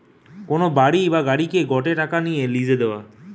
কোন বাড়ি বা গাড়িকে গটে টাকা নিয়ে লিসে দেওয়া